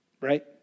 right